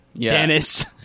Dennis